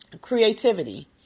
Creativity